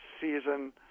season